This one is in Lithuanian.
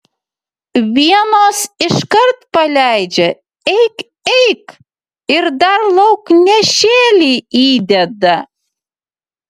vienos iškart paleidžia eik eik ir dar lauknešėlį įdeda